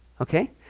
okay